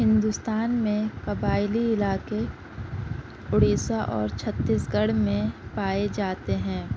ہندوستان میں قبائلی علاقے اڑیسہ اور چھتیس گڑھ میں پائے جاتے ہیں